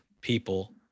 people